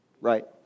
right